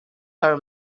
her